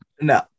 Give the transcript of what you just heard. no